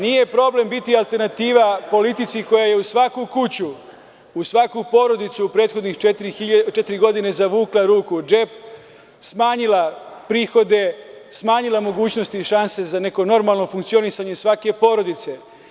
Nije problem biti alternativa politici koja je u svaku kuću, u svaku porodicu u prethodnih četiri godine zavukla ruku u džep, smanjila prihode, smanjila mogućnosti i šanse za neko normalno funkcionisanje svake porodice.